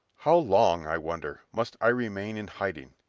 how long, i wonder, must i remain in hiding.